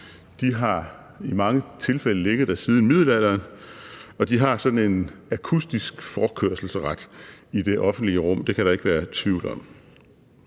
De har i mange tilfælde ligget der siden middelalderen, og de har sådan en akustisk forkørselsret i det offentlige rum – det kan der ikke være tvivl om.